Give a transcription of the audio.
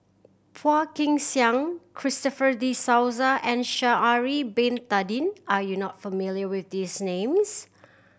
Phua Kin Siang Christopher De Souza and Sha'ari Bin Tadin are you not familiar with these names